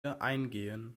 eingehen